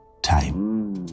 time